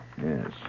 Yes